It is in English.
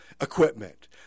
equipment